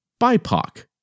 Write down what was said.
BIPOC